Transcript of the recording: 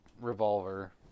revolver